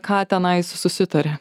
ką tenais susitarė